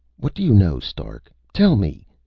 what do you know, stark? tell me!